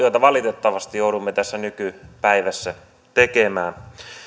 joita valitettavasti joudumme tässä nykypäivässä tekemään